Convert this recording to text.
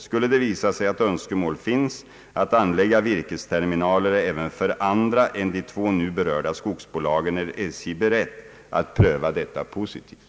Skulle det visa sig att önskemål finns att anlägga virkesterminaler även för andra än de två nu berörda skogsbolagen är SJ berett att pröva detta positivt.